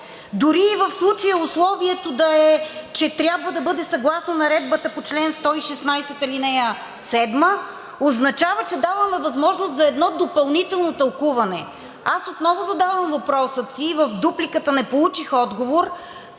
дори и в случая условието да е, че трябва да бъде съгласно Наредбата по чл. 116, ал. 7 – означава, че даваме възможност за едно допълнително тълкуване. Отново задавам въпроса си, в дупликата не получих отговор: